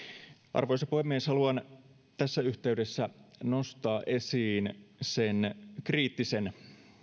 arvoisa puhemies haluan tässä yhteydessä nostaa esiin sen kriittisen